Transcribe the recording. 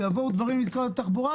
כשיבואו דברים עם משרד התחבורה,